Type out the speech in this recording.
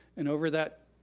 and over that,